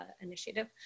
initiative